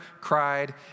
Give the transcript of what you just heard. cried